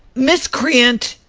miscreant!